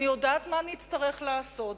אני יודעת מה אני אצטרך לעשות,